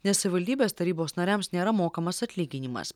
nes savivaldybės tarybos nariams nėra mokamas atlyginimas